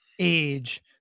age